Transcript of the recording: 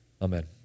Amen